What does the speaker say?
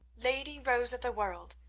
lady rose of the world,